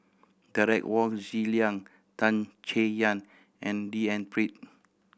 Derek Wong Zi Liang Tan Chay Yan and D N Pritt